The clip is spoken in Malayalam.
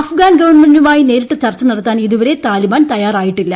അഫ്ഗാൻ ഗവൺമെന്റുമായി നേരിട്ട് ചർച്ച നടത്താൻ ഇതുവരെ താലിബാൻ തയാറായിട്ടില്ല